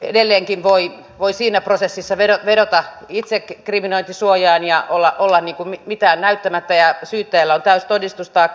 edelleenkin voi siinä prosessissa vedota itsekriminointisuojaan ja olla mitään näyttämättä ja syyttäjällä on täysi todistustaakka